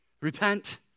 Repent